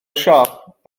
siop